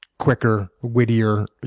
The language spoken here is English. quicker, wittier,